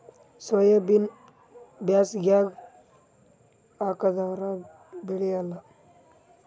ಸೋಯಾಬಿನ ಬ್ಯಾಸಗ್ಯಾಗ ಹಾಕದರ ಬೆಳಿಯಲ್ಲಾ?